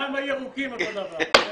גם הירוקים אותו דבר.